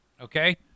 Okay